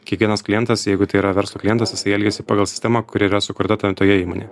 kiekvienas klientas jeigu tai yra verslo klientas jisai elgiasi pagal sistemą kuri yra sukurta ten toje įmonėje